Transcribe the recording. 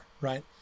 right